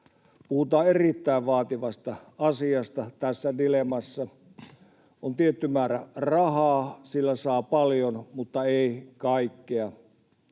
Puhutaan erittäin vaativasta asiasta tässä dilemmassa: on tietty määrä rahaa, ja sillä saa paljon mutta ei kaikkea.